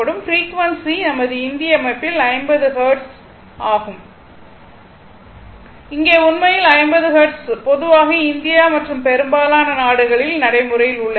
frequency நமது இந்திய அமைப்பில் 50 ஹெர்ட்ஸ் ஆகும் இங்கே உண்மையில் 50 ஹெர்ட்ஸ் பொதுவாக இந்தியா மற்றும் பெரும்பாலான நாடுகளில் நடைமுறையில் உள்ளது